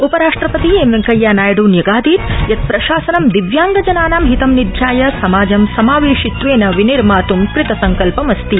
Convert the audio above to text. उपराष्ट्रपति एम् वेंकैया नायडू न्यगादीत् यत् प्रशासनं दिव्यांगजनानां हितं निध्याय समाजं समावेशित्वेन निर्मात् कृतसंकल्पमस्ति